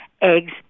eggs